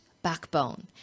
backbone